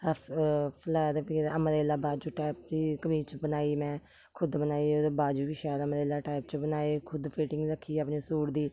फलाए दे पेदा अम्ब्रेला बाजू टाइप दी कमीज बनाई में खुद बनाई ओह्दे बाजू बी शैल अम्ब्रेला टाइप च बनाए खुद फिटिंग रक्खी अपने सूट दी